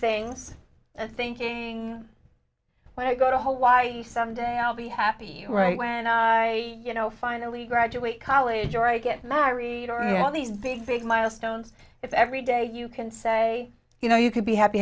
things thinking when i go to hawaii someday i'll be happy right when i you know finally graduate college or i get married or you know these big big milestones if every day you can say you know you could be happy